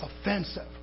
offensive